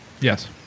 Yes